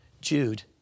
Jude